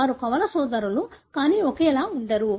వారు కవల సోదరులు కానీ ఒకేలా ఉండరు